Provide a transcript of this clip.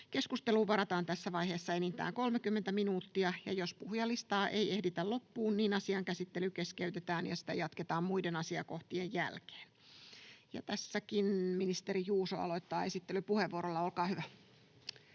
Keskusteluun varataan tässä vaiheessa enintään 30 minuuttia, ja jos puhujalistaa ei ehditä loppuun, asian käsittely keskeytetään ja sitä jatketaan muiden asiakohtien jälkeen. —Tässäkin ministeri Juuso aloittaa esittelypuheenvuorolla. Olkaa hyvä.